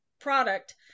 product